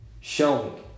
Showing